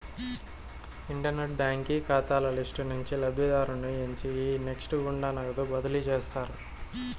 internet బాంకీ కాతాల list నుంచి లబ్ధిదారుని ఎంచి ఈ నెస్ట్ గుండా నగదు బదిలీ చేస్తారు